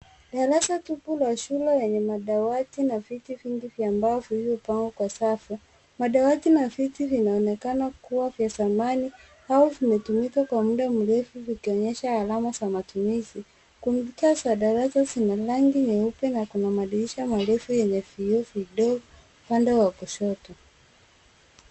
Darasa tupu la shule yenye madawati na viti vingi vya mbao vilivyopangwa kwa safu. Madawati na viti vinaoonekana kuwa vya zamani au vimetumika kwa muda mrefu vikionyesha alama za matumizi. Kuta za darasa zina rangi nyeupe kuna madirisha marefu yenye vioo vidogo upande wa kushoto.